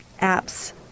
apps